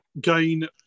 Gain